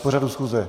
K pořadu schůze?